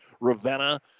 Ravenna